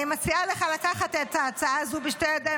אני מציעה לך לקחת את ההצעה הזו בשתי ידיים,